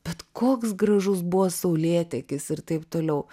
bet koks gražus buvo saulėtekis ir taip toliau